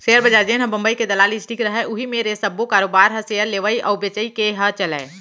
share बजार जेनहा बंबई के दलाल स्टीक रहय उही मेर ये सब्बो कारोबार ह सेयर लेवई अउ बेचई के ह चलय